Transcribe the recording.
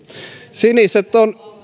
siniset ovat